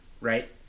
Right